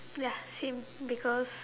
ya same because